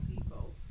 people